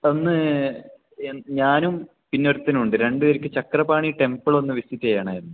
ഒന്ന് ഞാനും പിന്നെ ഒരുത്തനും ഉണ്ട് രണ്ട് പേർക്കും ചക്രപാണി ടെംബിൾ ഒന്ന് വിസിറ്റ് ചെയ്യാണമായിരുന്നു